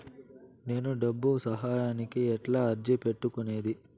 నేను డబ్బు సహాయానికి ఎట్లా అర్జీ పెట్టుకునేది?